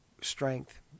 strength